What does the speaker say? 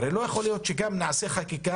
הרי לא יכול להיות שנעשה חקיקה,